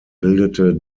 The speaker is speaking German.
bildete